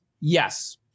Yes